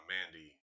Mandy